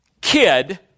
kid